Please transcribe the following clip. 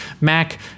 Mac